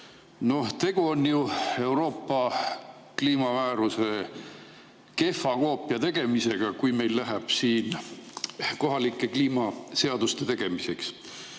Tegu on ju Euroopa kliimamääruse kehva koopia tegemisega, kui meil läheb siin kohalike kliimaseaduste tegemiseks.